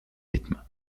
rythme